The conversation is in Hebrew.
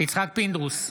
יצחק פינדרוס,